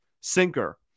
sinker